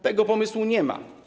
Tego pomysłu nie ma.